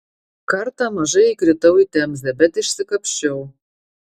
kartą maža įkritau į temzę bet išsikapsčiau